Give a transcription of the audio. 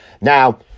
Now